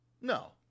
No